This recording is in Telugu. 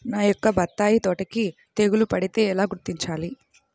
నా యొక్క బత్తాయి తోటకి తెగులు పడితే ఎలా గుర్తించాలి?